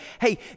hey